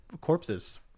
corpses